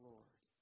Lord